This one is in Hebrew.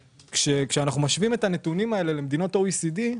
כשאנחנו משווים את הנתונים האלה למדינות ה-OECD,